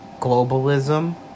globalism